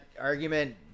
argument